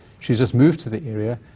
she's just moved to the area,